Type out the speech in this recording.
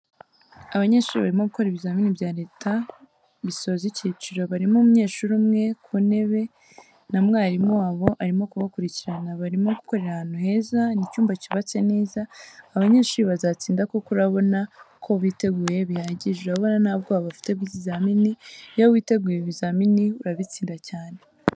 Abanyeshuri barimo gukora ibizamini bya Leta bisoza icyiciro, barimo umunyeshuri umwe ku ntebe na mwarimu wabo arimo kubakurikirana, barimo gukorera ahantu heza. Ni icyumba cyubatse neza, aba banyeshuri bazatsinda kuko urabona ko biteguye bihagije, urabona nta bwoba bafite bw'ibizamini. Iyo witeguye ibi bizamini urabitsinda cyane.